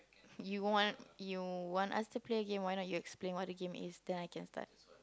you want you want us to play a game why not you explain what the game is then I can start